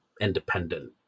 independent